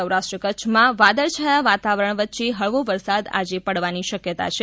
સૌરાષ્ટ્ર કચ્છમાં વાદળછાયા વાતાવરણ વચે હળવો વરસાદ આજે પાડવાની પણ આગાહી છે